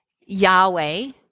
Yahweh